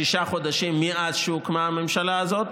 שישה חודשים מאז שהוקמה הממשלה הזאת,